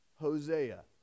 Hosea